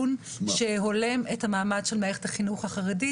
דיון שהולם את המעמד של מערכת החינוך החרדית